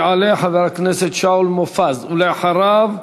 יעלה חבר הכנסת שאול מופז, ואחריו,